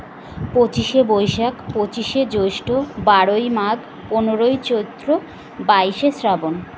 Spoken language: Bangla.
পঁচিশে বৈশাখ পঁচিশে জ্যৈষ্ঠ বারোই মঘ পনেরোই চৈত্র বাইশে শ্রাবণ